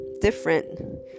different